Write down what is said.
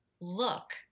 look